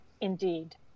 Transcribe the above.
Indeed